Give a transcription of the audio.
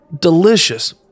Delicious